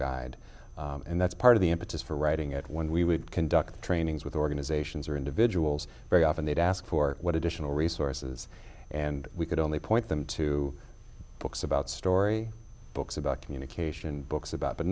guide and that's part of the impetus for writing it when we would conduct trainings with organizations or individuals very often they'd ask for what additional resources and we could only point them to books about story books about communication books about but